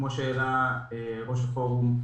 כמו שהעלה ראש הפורום,